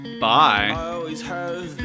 Bye